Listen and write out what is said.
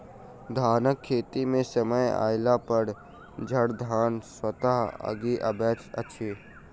धानक खेत मे समय अयलापर झड़धान स्वतः उगि अबैत अछि